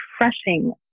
refreshing